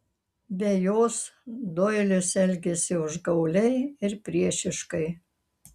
be jos doilis elgėsi užgauliai ir priešiškai